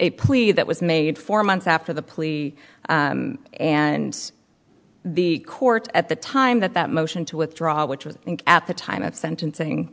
a plea that was made four months after the plea and the court at the time that that motion to withdraw which was at the time of sentencing